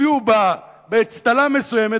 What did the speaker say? הצביעו לה באצטלה מסוימת,